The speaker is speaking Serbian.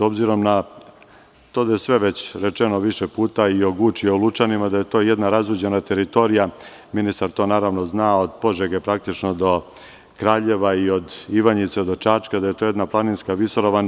Obzirom na to da je sve rečeno već više puta, o Guči, o Lučanima, da je to jedna razuđena teritorija, ministar to zna, od Požege do Kraljeva i od Ivanjice do Čačka, da je to jedna planinska visoravan.